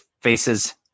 faces